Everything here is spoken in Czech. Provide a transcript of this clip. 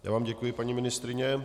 Já vám děkuji, paní ministryně.